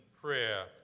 prayer